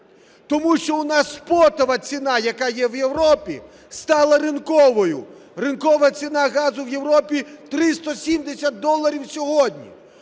тому що у нас спотова ціна, яка є в Європі, стала ринковою. Ринкова ціна газу в Європі – 370 доларів сьогодні,